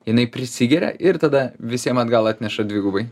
jinai prisigeria ir tada visiem atgal atneša dvigubai